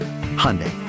Hyundai